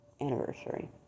anniversary